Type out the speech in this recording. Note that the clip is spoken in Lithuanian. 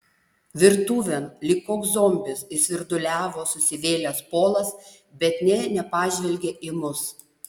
virtuvėn lyg koks zombis įsvirduliavo susivėlęs polas bet nė nepažvelgė į mus